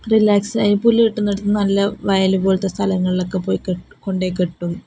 റിലാക്സായി പുല്ലു കിട്ടുന്നിടത്ത് നല്ല വയല് പോലത്തെ സ്ഥലങ്ങളിലൊക്കെ പോയി കൊണ്ടുപോയി കെട്ടും